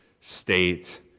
state